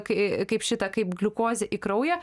kai kaip šitą kaip gliukozę į kraują